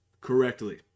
Correctly